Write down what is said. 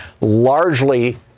largely